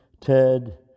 Ted